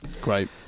Great